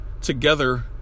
together